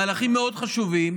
מהלכים מאוד חשובים,